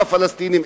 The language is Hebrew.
עם הפלסטינים,